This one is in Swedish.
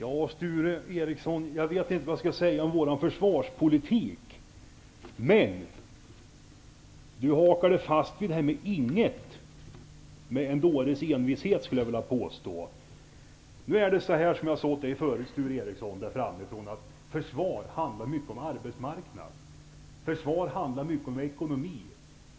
Fru talman! Jag vet inte vad jag skall säga om vår försvarspolitik. Men Sture Ericson hakar fast sig vid frågan om Ing 1 med en dåres envishet, skulle jag vilja påstå. Som jag sade förut handlar försvar mycket om arbetsmarknad och om ekonomi.